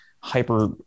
hyper